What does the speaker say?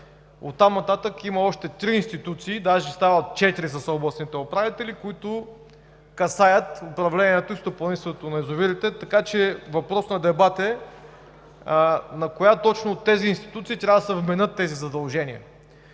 Оттам нататък има още три институции, даже стават четири с областните управители, които касаят управлението и стопанисването на язовирите. Така че въпрос на дебат е на коя точно от тези институции трябва да се вменят такива задължения.